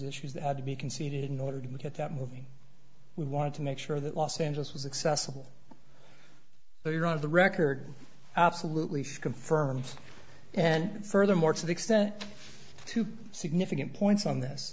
issues that had to be conceded in order to get that moving we wanted to make sure that los angeles was accessible but you're on the record absolutely she confirms and furthermore to the extent to significant